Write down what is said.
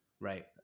Right